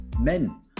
Men